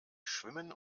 schwimmen